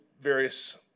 various